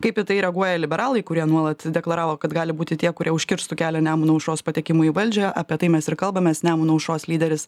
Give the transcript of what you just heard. kaip į tai reaguoja liberalai kurie nuolat deklaravo kad gali būti tie kurie užkirstų kelią nemuno aušros patekimui į valdžią apie tai mes ir kalbamės nemuno aušros lyderis